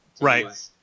Right